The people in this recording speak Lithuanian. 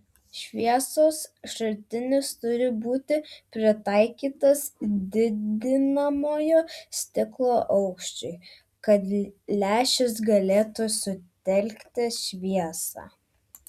šviesos šaltinis turi būti pritaikytas didinamojo stiklo aukščiui kad lęšis galėtų sutelkti šviesą